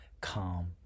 calm